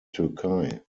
türkei